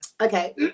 Okay